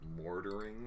mortaring